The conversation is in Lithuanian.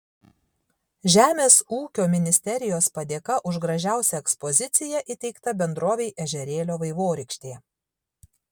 žemės ūkio ministerijos padėka už gražiausią ekspoziciją įteikta bendrovei ežerėlio vaivorykštė